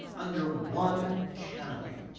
under one canopy.